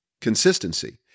consistency